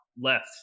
left